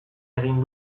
egin